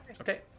Okay